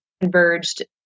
converged